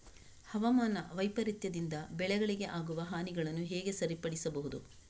ಹವಾಮಾನ ವೈಪರೀತ್ಯದಿಂದ ಬೆಳೆಗಳಿಗೆ ಆಗುವ ಹಾನಿಗಳನ್ನು ಹೇಗೆ ಸರಿಪಡಿಸಬಹುದು?